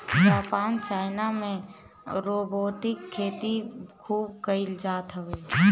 Japan China में robotic खेती खूब कईल जात हवे